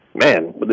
man